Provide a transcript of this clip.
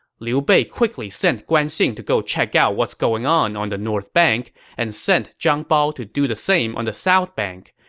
liu bei quickly sent guan xing to go check out what's going on on the north bank and sent zhang bao to do the same on the south bank.